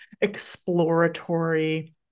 exploratory